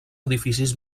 edificis